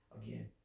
again